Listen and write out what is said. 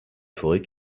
forêt